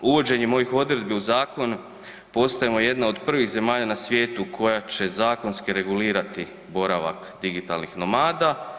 Uvođenjem ovih odredbi u zakon postajemo jedna od prvih zemalja na svijetu koja će zakonski regulirati boravak digitalnih nomada.